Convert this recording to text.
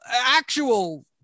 actual